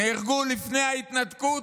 נהרגו שם לפני ההתנתקות,